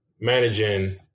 Managing